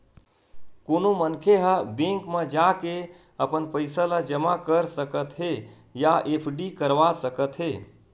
कोनो मनखे ह बेंक म जाके अपन पइसा ल जमा कर सकत हे या एफडी करवा सकत हे